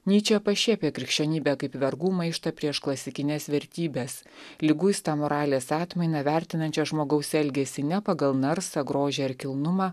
nyčė pašiepė krikščionybę kaip vergų maištą prieš klasikines vertybes liguistą moralės atmainą vertinančią žmogaus elgesį ne pagal narsą grožį ar kilnumą